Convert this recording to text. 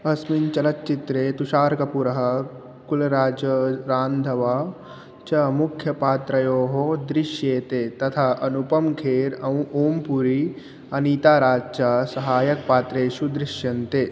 अस्मिन् चलच्चित्रे तुषार्कपुरः कुलराजरान्धवा च मुख्यपात्रयोः दृश्येते तथा अनुपंखेर् अम् ओम्पुरी अनीताराज् च सहायक पात्रेषु दृश्यन्ते